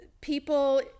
people